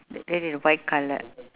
red and white colour